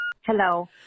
Hello